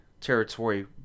territory